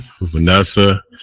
Vanessa